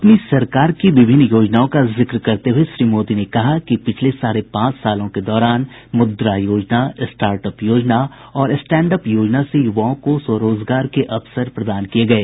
अपनी सरकार की विभिन्न योजनाओं का जिक्र करते हुए श्री मोदी ने कहा कि पिछले साढ़े पांच सालों के दौरान मुद्रा योजना स्टार्ट अप योजना और स्टैंड अप योजना से युवाओं को स्वरोजगार के अवसर प्रदान किये गये